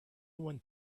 one